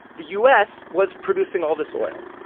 the u s. was producing all this oil.